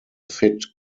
fit